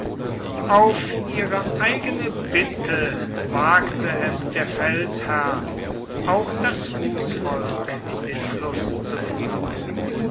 auf ihre eigene bitte wagte es der feldherr auch das fußvolk in den fluß zu führen